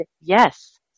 yes